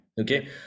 Okay